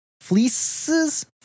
Fleeces